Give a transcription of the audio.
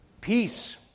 Peace